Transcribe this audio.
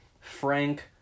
Frank